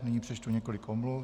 Nyní přečtu několik omluv.